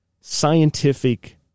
scientific